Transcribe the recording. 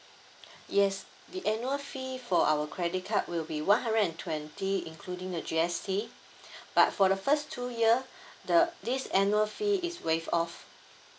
yes the annual fee for our credit card will be one hundred and twenty including the G_S_T but for the first two year the this annual fee is waive off